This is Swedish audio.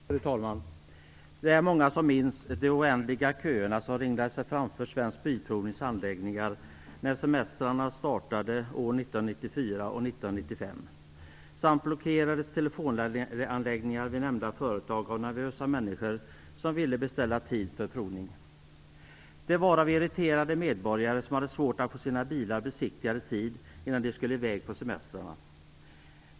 Fru talman! Det är många som minns de oändliga köer som ringlade sig framför Svensk Bilprovnings anläggningar när semestrarna startade år 1994 och 1995. Telefonanläggningar vid nämnda företag blockerades av nervösa människor som ville beställa tid för provning. Irriterade medborgare hade svårt att få sina bilar besiktigade i tid innan de skulle i väg på semestrarna.